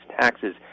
taxes